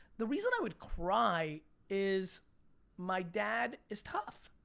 the reason i would cry is my dad is tough.